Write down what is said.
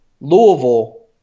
Louisville